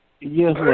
Yes